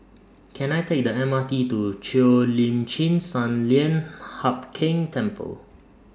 Can I Take The M R T to Cheo Lim Chin Sun Lian Hup Keng Temple